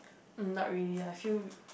mm not really I feel